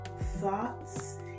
thoughts